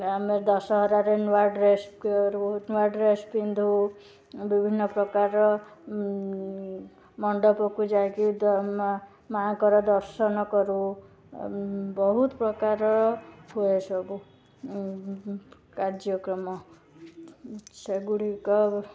ଆମେ ଦଶହରାରେ ନୂଆ ଡ୍ରେସ୍ କରୁ ନୂଆ ଡ୍ରେସ୍ ପିନ୍ଧୁ ବିଭିନ୍ନପ୍ରକାରର ମଣ୍ଡପକୁ ଯାଇକି ମାଆଙ୍କର ଦର୍ଶନ କରୁ ଆଉ ବହୁତପ୍ରକାର ହୁଏ ସବୁ କାର୍ଯ୍ୟକ୍ରମ ସେଗୁଡ଼ିକ